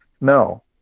No